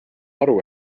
aru